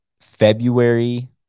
February